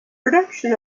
production